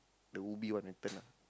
the Ubi one and turn lah